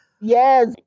yes